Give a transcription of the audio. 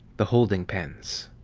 the holding pens